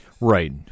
Right